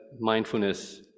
mindfulness